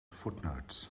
footnotes